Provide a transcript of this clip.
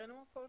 הקראנו הכול.